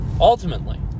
ultimately